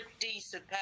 decent